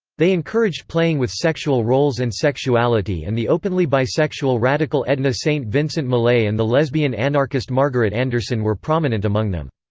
they encouraged playing with sexual roles and sexuality and the openly bisexual radical edna st. vincent millay and the lesbian anarchist margaret anderson were prominent among them.